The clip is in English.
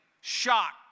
shocked